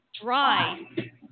dry